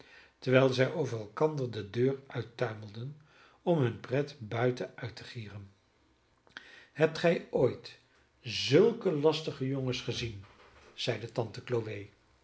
terwijl zij over elkander de deur uittuimelden om hunne pret buiten uit te gieren hebt gij ooit zulke lastige jongens gezien zeide tante chloe